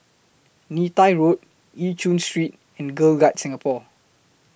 Neythai Road EU Chin Street and Girl Guides Singapore